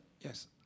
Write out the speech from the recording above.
Yes